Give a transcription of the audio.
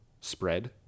Spread